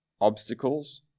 obstacles